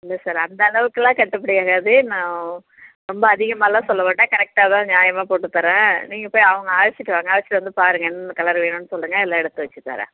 இல்லை சார் அந்த அளவுக்கெல்லாம் கட்டுபடி ஆகாது நான் ரொம்ப அதிகமாலாம் சொல்ல மாட்டேன் கரெக்டாக தான் நியாயமாக போட்டுத் தரேன் நீங்கப் போய் அவங்க அழைச்சுட்டு வாங்க அழைச்சுட்டு வந்துப் பாருங்கள் என்னென்ன கலர் வேணும்னு சொல்லுங்கள் எல்லாம் எடுத்து வைச்சுத் தரேன்